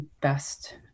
best